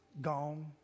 gone